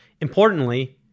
Importantly